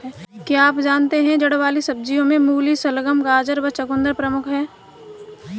क्या आप जानते है जड़ वाली सब्जियों में मूली, शलगम, गाजर व चकुंदर प्रमुख है?